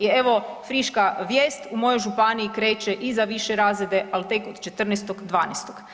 I evo friška vijest, u mojoj županiji kreće i za više razrede, ali tek od 14.12.